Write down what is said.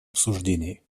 обсуждений